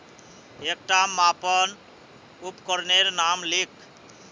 एकटा मापन उपकरनेर नाम लिख?